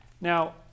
Now